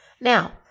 Now